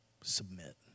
submit